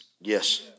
Yes